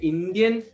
Indian